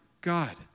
God